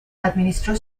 administró